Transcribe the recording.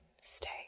Stay